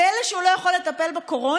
פלא שהוא לא יכול לטפל בקורונה?